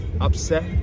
upset